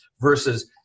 versus